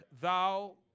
thou